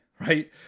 right